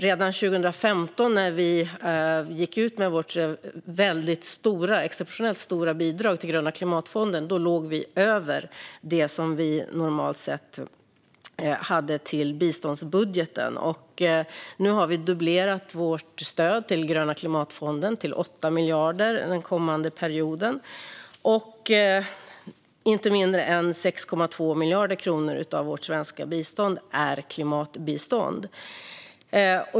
Redan 2015, när vi gick ut med vårt exceptionellt stora bidrag till Gröna klimatfonden, låg vi över det vi normalt sett hade till biståndsbudgeten. Nu har vi dubblerat vårt stöd till Gröna klimatfonden, till 8 miljarder för den kommande perioden. Inte mindre än 6,2 miljarder kronor av vårt svenska bistånd är klimatbistånd.